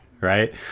right